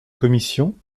commission